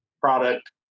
product